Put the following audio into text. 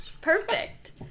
perfect